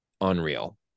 unreal